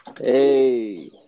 hey